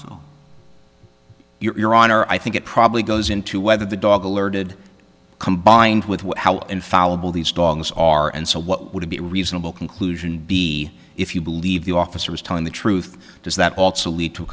consul your honor i think it probably goes into whether the dog alerted combined with how infallible these dogs are and so what would be a reasonable conclusion b if you believe the officer is telling the truth does that also lead to a